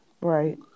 Right